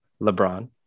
LeBron